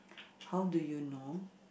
how do you know